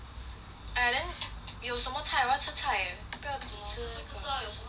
!aiya! then 有什么菜我要吃菜 eh 不要吃那个 carbohydrate